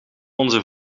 onze